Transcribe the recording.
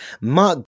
Mark